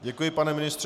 Děkuji, pane ministře.